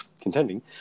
contending